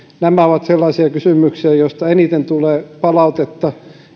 nämä ovat sellaisia kysymyksiä joista eniten tulee palautetta